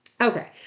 Okay